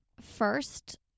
first